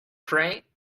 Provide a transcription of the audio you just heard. pray